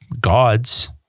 gods